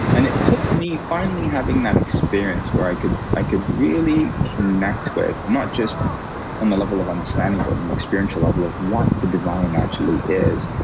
and it took me finally having that experience where i could i could really connect with, not just on the level of understanding, but on and an experiential level of what the divine actually is.